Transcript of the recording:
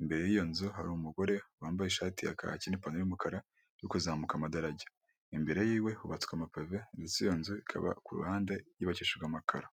imbere y'iyo nzu hari umugore wambaye ishati ya kaki n'ipantaro y'umukara uri kuzamuka amadarajya, imbere yiwe hubatswe amapave, ndetse iyo nzu ikaba ku ruhande yubakishijwe amakaro.